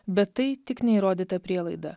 bet tai tik neįrodyta prielaida